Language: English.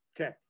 Okay